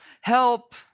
help